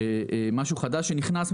משהו חדש שנכנס,